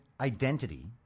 identity